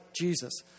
Jesus